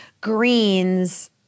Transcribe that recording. greens